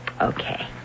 Okay